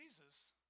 Jesus